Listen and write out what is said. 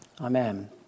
Amen